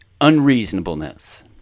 unreasonableness